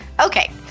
Okay